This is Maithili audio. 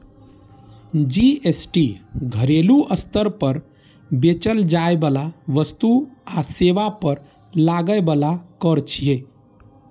जी.एस.टी घरेलू स्तर पर बेचल जाइ बला वस्तु आ सेवा पर लागै बला कर छियै